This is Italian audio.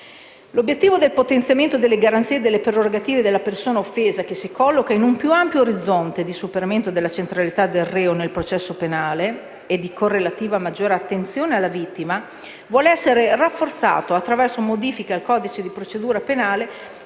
L'obiettivo del potenziamento delle garanzie e delle prerogative della persona offesa, che si colloca in un più ampio orizzonte di superamento della centralità del reo nel processo penale e di correlativa maggiore attenzione alla vittima, vuole essere rafforzato attraverso modifiche al codice di procedura penale